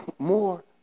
more